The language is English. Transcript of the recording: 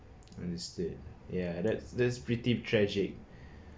and instead ya that's that's pretty tragic